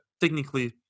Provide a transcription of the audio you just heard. technically